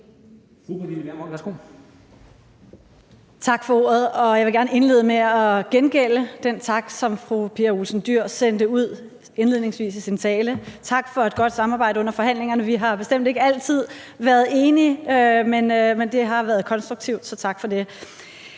Tak for ordet. Jeg vil gerne indlede med at gengælde den tak, som fru Pia Olsen Dyhr sendte ud indledningsvis i sin tale. Tak for et godt samarbejde under forhandlingerne. Vi har bestemt ikke altid været enige, men det har været et konstruktivt samarbejde,